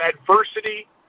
Adversity